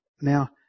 Now